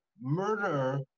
murder